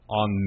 on